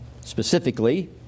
Specifically